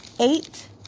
eight